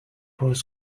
was